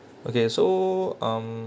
okay so um